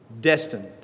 Destined